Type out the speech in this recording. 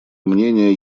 мнение